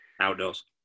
Outdoors